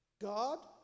God